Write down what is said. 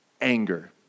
anger